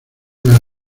unas